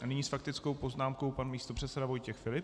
A nyní s faktickou poznámkou pan místopředseda Vojtěch Filip.